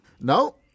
No